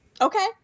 Okay